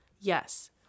yes